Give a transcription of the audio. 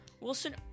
Wilson